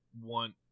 want